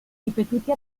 ripetuti